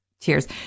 Cheers